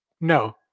no